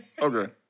Okay